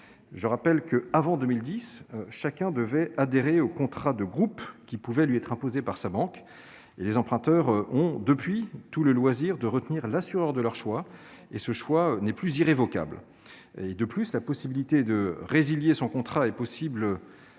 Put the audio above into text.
Je rappelle que, avant 2010, chacun devait adhérer au contrat de groupe qui pouvait lui être imposé par sa banque. Les emprunteurs ont depuis lors la possibilité de retenir l'assureur de leur choix, et ce choix n'est plus irrévocable. De plus, la possibilité de résilier son contrat est possible